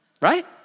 Right